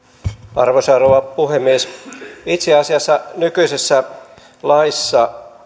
arvoisa rouva puhemies itse asiassa nykyisessä laissa